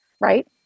Right